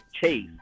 chase